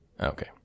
Okay